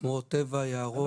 עליה.